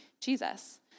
Jesus